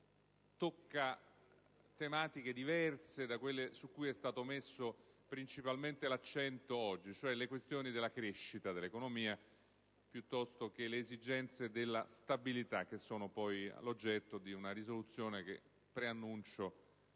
tocca tematiche diverse da quelle su cui è stato messo principalmente l'accento oggi, cioè le questioni della crescita dell'economia, piuttosto che le esigenze della stabilità, che sono l'oggetto di una proposta di risoluzione che, lo preannuncio,